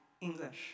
English